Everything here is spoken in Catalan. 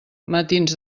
matins